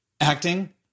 acting